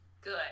Good